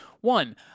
One